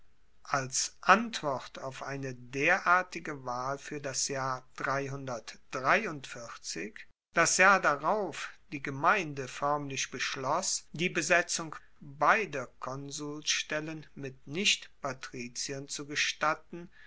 als antwort auf eine derartige wahl fuer das jahr das jahr darauf die gemeinde foermlich beschloss die besetzung beider konsulstellen mit nichtpatriziern zu gestatten